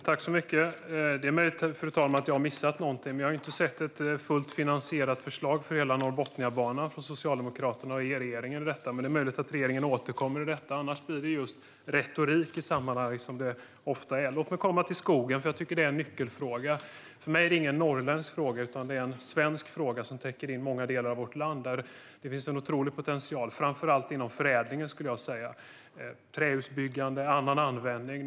Fru talman! Jag kan ha missat någonting, men jag har inte sett ett fullt finansierat förslag för hela Norrbotniabanan från Socialdemokraterna - men det är möjligt att regeringen återkommer. Annars blir det just retorik, som det ofta är. Låt mig ta upp frågan om skogen, eftersom det är en nyckelfråga. För mig är det ingen norrländsk fråga, utan det är en svensk fråga som täcker in många delar av vårt land. Det finns en otrolig potential, framför allt inom förädlingen. Det kan gälla trähusbyggande och annan användning.